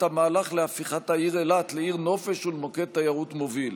המהלך להפיכת העיר אילת לעיר נופש ולמוקד תיירות מוביל.